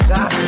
God